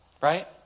right